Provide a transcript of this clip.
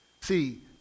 See